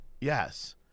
Yes